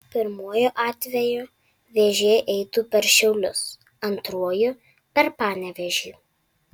pirmuoju atveju vėžė eitų per šiaulius antruoju per panevėžį